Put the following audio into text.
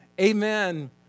Amen